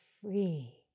free